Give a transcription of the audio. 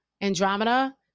Andromeda